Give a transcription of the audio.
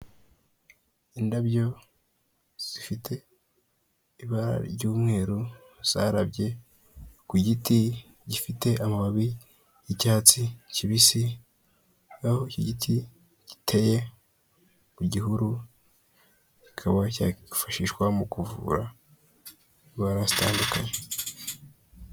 Indabyo zifite ibara ry'umweru zarabye ku giti gifite amababi ycyatsi kibisi, aho iki giti giteye ku gihuru kikaba cyakifashishwa mu kuvura indwara zitandukanye.